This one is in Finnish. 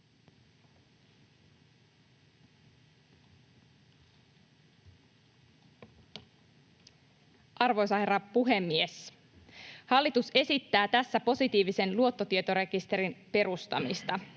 Arvoisa herra puhemies! Hallitus esittää tässä positiivisen luottotietorekisterin perustamista.